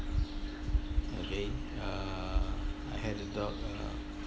okay uh I had the dog uh